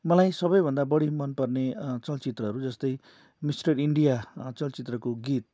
मलाई सबैभन्दा बढी मनपर्ने चलचित्रहरू जस्तै मिस्टर इन्डिया चलचित्रको गीत